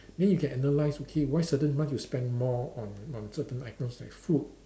then you can analye okay why certain month you spend more on on certain items like food